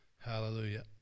Hallelujah